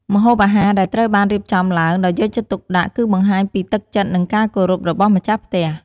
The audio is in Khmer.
ម្ហូបអាហារដែលត្រូវបានរៀបចំឡើងដោយយកចិត្តទុកដាក់ គឺបង្ហាញពីទឹកចិត្ត និងការគោរពរបស់ម្ចាស់ផ្ទះ។